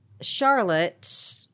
Charlotte